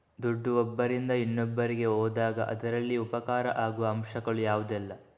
ದುಡ್ಡು ಒಬ್ಬರಿಂದ ಇನ್ನೊಬ್ಬರಿಗೆ ಹೋದಾಗ ಅದರಲ್ಲಿ ಉಪಕಾರ ಆಗುವ ಅಂಶಗಳು ಯಾವುದೆಲ್ಲ?